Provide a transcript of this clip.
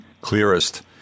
clearest